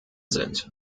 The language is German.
sind